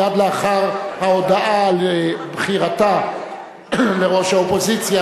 מייד לאחר ההודעה על בחירתה לראש האופוזיציה,